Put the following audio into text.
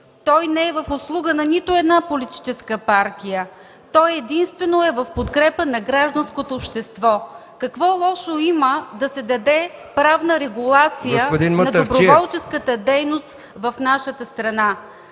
Той не е в услуга на нито една политическа партия. Той е в подкрепа единствено на гражданското общество. Какво лошо има да се даде правна регулация на доброволческата дейност в нашата страна?